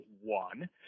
one